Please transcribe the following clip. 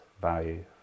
value